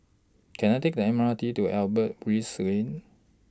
Can I Take The M R T to Albert Lane